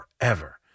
forever